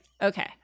Okay